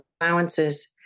allowances